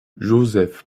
joseph